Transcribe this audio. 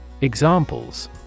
Examples